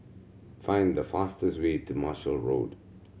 find the fastest way to Marshall Road